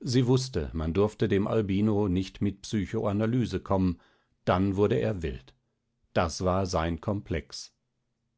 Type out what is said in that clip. sie wußte man durfte dem albino nicht mit psychoanalyse kommen dann wurde er wild das war sein komplex